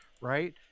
right